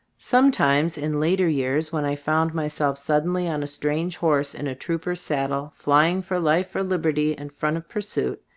some times, in later years, when i found myself suddenly on a strange horse in a trooper's saddle, flying for life or liberty in front of pursuit,